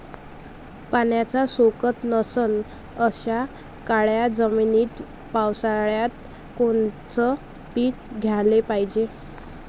पाण्याचा सोकत नसन अशा काळ्या जमिनीत पावसाळ्यात कोनचं पीक घ्याले पायजे?